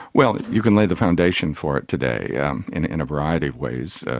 well, you can lay the foundation for it today um in in a variety of ways